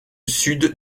sud